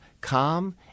calm